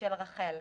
של רח"ל.